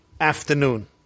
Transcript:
afternoon